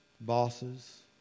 bosses